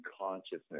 consciousness